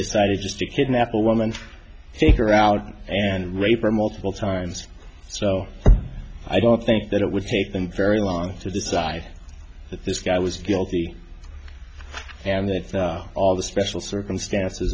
decided just to kidnap a woman figure out and rape are multiple times so i don't think that it would take them very long to decide that this guy was guilty and that all the special circumstances